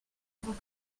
tant